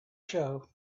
show